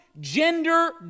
gender